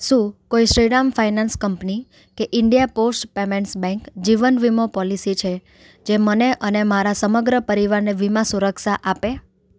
શું કોઈ Shriram finance company કે ઈન્ડિયા પોસ્ટ પેમેન્ટ્સ બેંક જીવન વીમો પોલીસી છે જે મને અને મારા સમગ્ર પરિવારને વીમા સુરક્ષા આપે